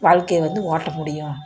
வாழ்க்கைய வந்து ஓட்ட முடியும்